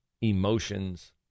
emotions